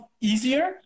easier